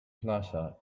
plaza